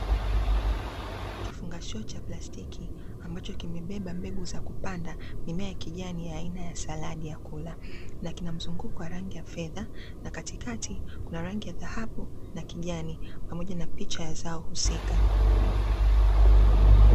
Kifungashio cha plastiki ambacho kimebeba mbegu za kupanda mimea ya kijani aina ya saladi ya kula, na kina mzunguko wa rangi ya fedha na katikati kuna rangi ya dhahabu na kijani, pamoja na picha ya zao husika.